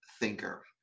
thinker